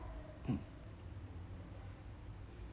mm